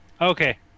Okay